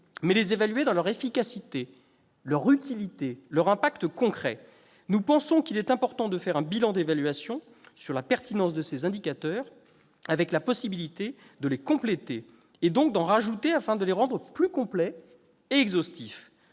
mais dans leur efficacité, leur utilité, leur impact concret. Nous pensons qu'il est important de faire un bilan d'évaluation sur la pertinence de ces indicateurs, avec la possibilité de les compléter, donc d'en ajouter, afin de les rendre plus complets et plus exhaustifs.